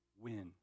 win